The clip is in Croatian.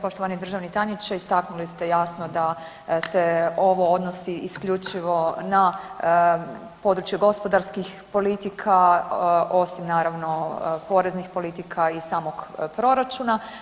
Poštovani državni tajniče, istaknuli ste jasno da se ovo odnosi isključivo na područje gospodarskih politika osim naravno poreznih politika i samog proračuna.